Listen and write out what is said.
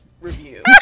review